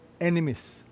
enemies